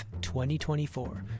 2024